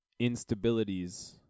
instabilities